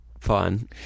fun